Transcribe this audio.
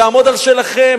לעמוד על שלכם,